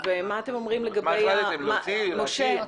משה,